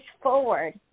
forward